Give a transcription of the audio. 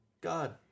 God